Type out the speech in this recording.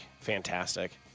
Fantastic